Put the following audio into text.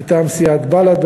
מטעם סיעת בל"ד,